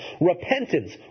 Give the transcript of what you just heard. repentance